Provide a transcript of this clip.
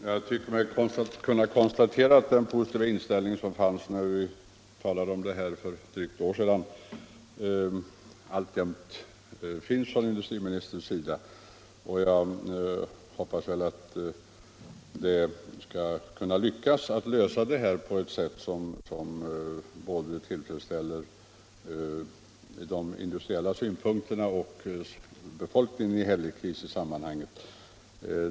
Herr talman! Jag tycker mig kunna konstatera att den positiva inställning som fanns när vi talade om detta för drygt ett år sedan alltjämt finns från industriministerns sida. Jag hoppas att det skall kunna lyckas att lösa problemen på ett sätt som tillfredsställer både de industriella intressena och befolkningen i Hällekis.